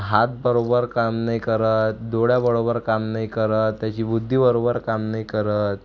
हात बरोबर काम नाही करत डोळा बरोबर काम नाही करत त्याची बुद्धी बरोबर काम नाही करत